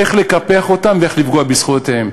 איך לקפח אותם ואיך לפגוע בזכויותיהם.